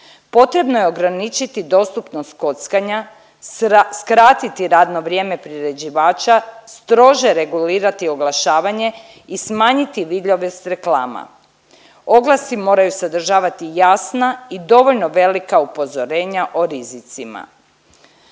Potrebno je ograničiti dostupnost kockanja, skratiti radno vrijeme priređivača, strože regulirati oglašavanje i smanjiti vidljivost reklama, oglasi moraju sadržavati jasna i dovoljno velika upozorenja o rizicima.